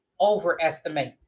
overestimate